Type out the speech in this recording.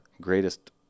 Greatest